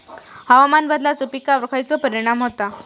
हवामान बदलाचो पिकावर खयचो परिणाम होता?